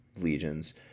legions